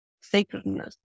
sacredness